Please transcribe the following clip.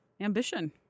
ambition